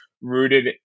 rooted